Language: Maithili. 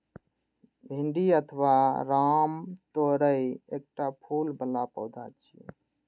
भिंडी अथवा रामतोरइ एकटा फूल बला पौधा छियै